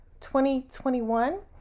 2021